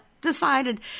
decided